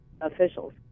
officials